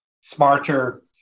smarter